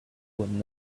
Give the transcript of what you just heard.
would